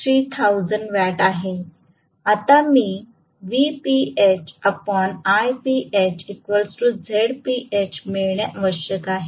आता मी मिळणे आवश्यक आहे